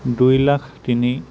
দুই লাখ তিনি